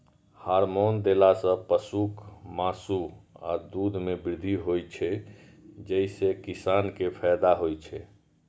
hormone देला सं पशुक मासु आ दूध मे वृद्धि होइ छै, जइसे किसान कें फायदा होइ छै